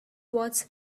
was